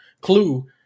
clue